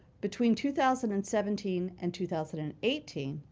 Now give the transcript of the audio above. between two thousand and seventeen and two thousand and eighteen,